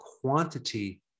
quantity